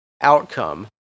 outcome